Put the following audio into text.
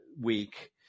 week